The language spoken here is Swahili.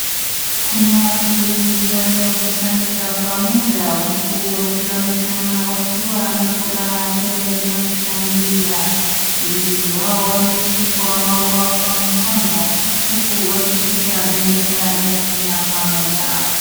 Kuna watu wengi waliokusanyika pamoja huku wakionekana wakiwa na furaha tele na kushangilia na wengine wao wakishika maua kwa mikono huku wakishika bendera ya Kenya pamoja.